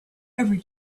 every